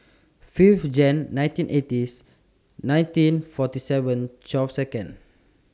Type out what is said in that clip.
five January nineteen eighties nineteen forty seven twelve Second